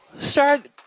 Start